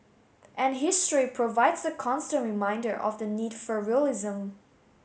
and history provides a constant reminder of the need for realism